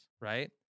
right